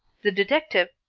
the detective,